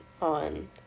on